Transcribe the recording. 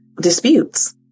disputes